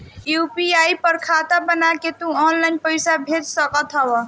UPI पर खाता बना के तू ऑनलाइन पईसा भेज सकत हवअ